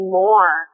more